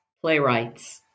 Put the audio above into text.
playwrights